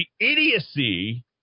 idiocy